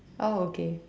oh okay